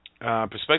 Perspective